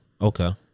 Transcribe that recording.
Okay